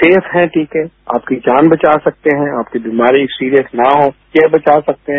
safe हैं टीके आपकी जान बचा सकते हैं आपकी बीमारी सीरियस न हो यह बचा सकते हैं